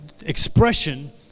expression